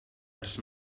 does